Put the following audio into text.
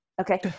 Okay